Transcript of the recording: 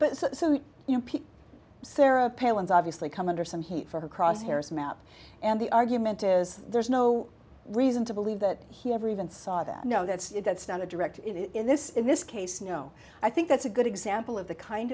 know sarah palin's obviously come under some heat for her crosshairs map and the argument is there's no reason to believe that he ever even saw that no that's it that's not a direct hit in this in this case no i think that's a good example of the kind